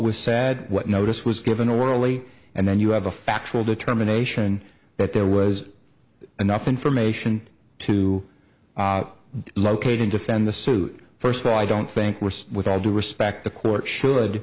was said what notice was given a worley and then you have a factual determination that there was enough information to locate and defend the suit first of all i don't think worse with all due respect the court should